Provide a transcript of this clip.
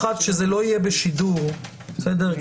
כשזה לא יהיה בשידור, בסדר?